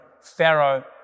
Pharaoh